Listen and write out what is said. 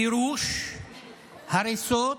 גירוש, הריסות,